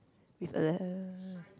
with uh